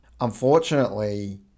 Unfortunately